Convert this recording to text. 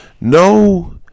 No